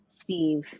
Steve